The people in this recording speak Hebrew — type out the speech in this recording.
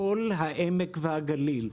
קול העמק והגליל.